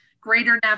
Greater